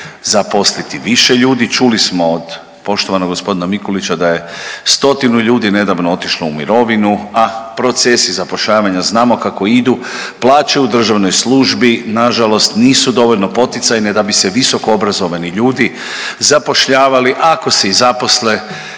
zaposliti više ljudi. Čuli smo od poštovanog gospodina Mikulića da je stotinu nedavno otišlo u mirovinu, a procesi zapošljavanja znamo kako idu, plaće u državnoj službi nažalost nisu dovoljno poticajne da bi se visokoobrazovani ljudi zapošljavali, a ako se i zaposle